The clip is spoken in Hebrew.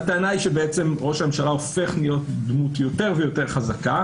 הטענה היא שראש הממשלה הופך להיות דמות יותר ויותר חזקה.